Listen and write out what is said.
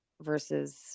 versus